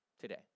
today